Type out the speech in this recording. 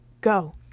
go